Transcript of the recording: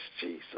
Jesus